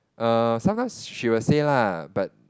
err sometimes she'll say lah but